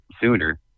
sooner